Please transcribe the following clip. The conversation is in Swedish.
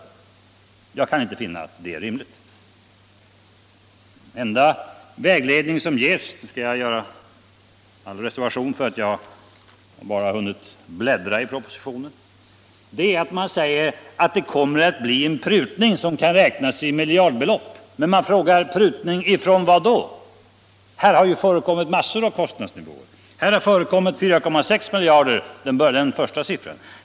Jag kan inte finna att det är rimligt. Den enda vägledning som ges — jag skall dock göra all reservation för att jag bara har hunnit bläddra i propositionen — är att man säger att det kommer att bli en prutning som kan räknas i miljardbelopp. Prutning från vad? Här har förekommit massor av kostnadsnivåer. Här har förekommit uppgiften 4,6 miljarder, det var den första siffran.